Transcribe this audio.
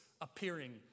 appearing